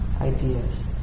ideas